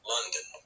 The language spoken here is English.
London